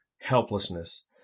helplessness